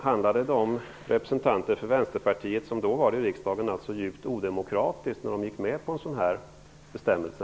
Handlade de representanter för Vänsterpartiet som då satt i riksdagen djupt odemokratiskt när de gick med på en sådan bestämmelse?